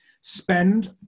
spend